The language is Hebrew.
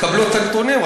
תקבלו את הנתונים.